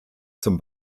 zum